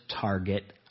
target